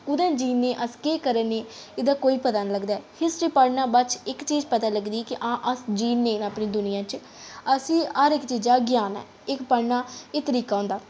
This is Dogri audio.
कुतै जी ऐ ने अस केह् करै ने एह्दा कोई पता निं लगदा ऐ हिस्ट्री पढ़ने बाद च इक चीज पता लगदी कि हां अस जी ने अपनी दुनिया च असें ई हर इक चीजै दा ज्ञान ऐ इक पढ़ने दा इक तरीका होंदा